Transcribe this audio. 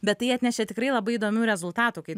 bet tai atnešė tikrai labai įdomių rezultatų kai